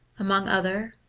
among other,